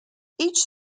each